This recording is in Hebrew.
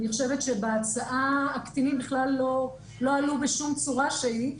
בהצעה הקטינים בכלל לא עלו בשום צורה שהיא.